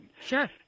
Sure